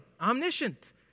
omniscient